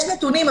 יש נתונים,